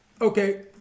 okay